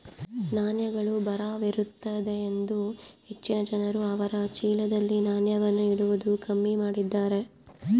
ನಾಣ್ಯಗಳು ಭಾರವಿರುತ್ತದೆಯೆಂದು ಹೆಚ್ಚಿನ ಜನರು ಅವರ ಚೀಲದಲ್ಲಿ ನಾಣ್ಯವನ್ನು ಇಡುವುದು ಕಮ್ಮಿ ಮಾಡಿದ್ದಾರೆ